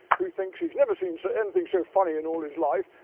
who thinks he's never seen so anything so funny in all his life.